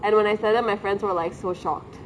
and when I said it my friends were like so shocked